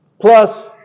plus